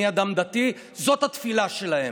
אני אדם דתי, זאת התפילה שלהם,